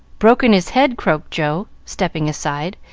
broken his head, croaked joe, stepping aside,